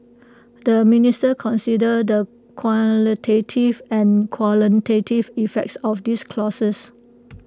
the minister considered the qualitative and quantitative effects of these clauses